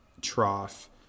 trough